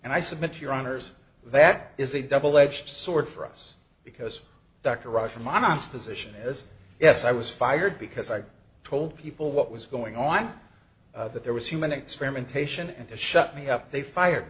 and i submit your honors that is a double edged sword for us because dr rush from my mom's position is yes i was fired because i told people what was going on that there was human experimentation and to shut me up they fire